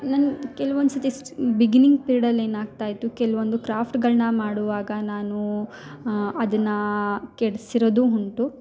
ನನ್ಗ ಕೆಲ್ವೊಂದ್ಸರ್ತಿ ಬಿಗಿನಿಂಗ್ ಪಿರೇಡಲ್ಲಿ ಏನಾಗ್ತಾ ಇತ್ತು ಕೆಲವೊಂದು ಕ್ರಾಫ್ಟ್ಗಳನ್ನ ಮಾಡುವಾಗ ನಾನು ಅದನ್ನ ಕೆಡ್ಸಿರೋದು ಉಂಟು